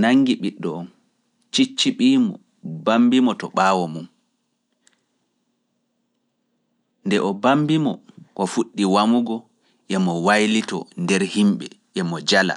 nanngi ɓiɗɗo on, cicciɓi mo, bammbi mo to ɓaawo mum. Nde o bammbi mo ko fuɗɗi wamugo, emo waylito nder himɓe, emo jala.